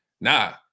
nah